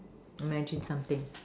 imagine something